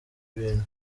bintu